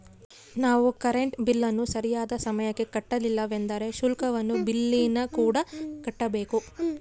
ನಾವು ಕರೆಂಟ್ ಬಿಲ್ಲನ್ನು ಸರಿಯಾದ ಸಮಯಕ್ಕೆ ಕಟ್ಟಲಿಲ್ಲವೆಂದರೆ ಶುಲ್ಕವನ್ನು ಬಿಲ್ಲಿನಕೂಡ ಕಟ್ಟಬೇಕು